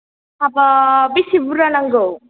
हाबाब बेसे बुरजा नांगौ